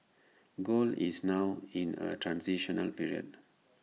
gold is now in A transitional period